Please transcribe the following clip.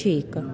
ठीकु आहे